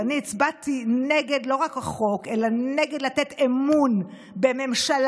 ואני הצבעתי לא רק נגד החוק אלא נגד לתת אמון בממשלה